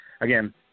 Again